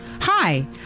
hi